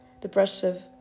depressive